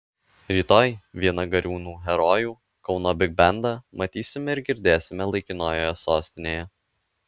rytoj vieną gariūnų herojų kauno bigbendą matysime ir girdėsime laikinojoje sostinėje